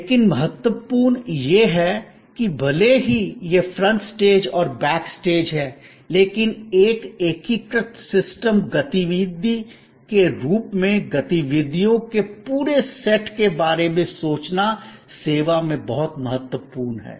लेकिन महत्वपूर्ण यह है कि भले ही यह फ्रंट स्टेज और बैक स्टेज है लेकिन एक एकीकृत सिस्टम गतिविधि के रूप में गतिविधियों के पूरे सेट के बारे में सोचना सेवा में बहुत महत्वपूर्ण है